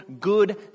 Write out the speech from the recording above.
good